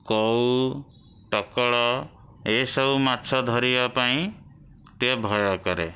କଉ ଟକଳ ଏସବୁ ମାଛ ଧରିବା ପାଇଁ ଟିକିଏ ଭୟ କରେ